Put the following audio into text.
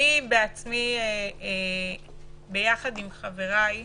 אני בעצמי, ביחד עם חבריי,